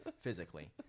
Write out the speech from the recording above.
physically